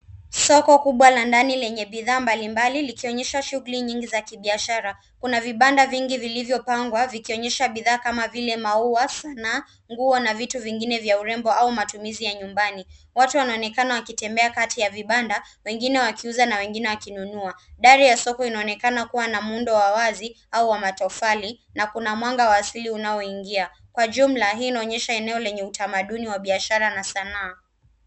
Soko kubwa la ndani lenye bidhaa mbalimbali likionyesha shughuli nyingi za kibiashara. Kuna vibanda vingi vilivyopangwa vikionyesha bidhaa kama vile maua, sanaa, nguo na vitu vingine vya urembo au matumizi ya nyumbani. Watu wanaonekana wakitembea kati ya vibanda wengine wakiuza na wengine wakinunua. Dari ya soko inaonekana kuwa na muundo wa wazi au wa matofali na kuna mwanga wa asili unaoingia. Kwa jumla hii inaonyesha eneo lenye utamaduni wa biashara na sanaa.